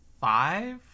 five